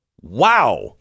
Wow